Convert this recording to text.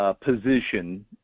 position